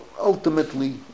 ultimately